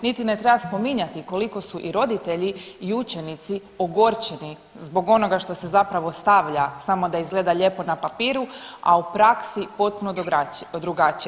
Niti ne treba spominjati koliko su i roditelji i učenici ogorčeni zbog onoga što se zapravo stavlja samo da izgleda lijepo na papiru, a u praksi potpuno drugačije.